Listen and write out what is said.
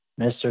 Mr